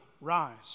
rise